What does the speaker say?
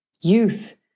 Youth